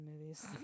movies